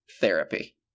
therapy